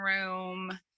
room